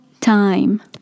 time